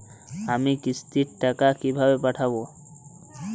আমি কিস্তির টাকা কিভাবে পাঠাব?